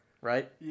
right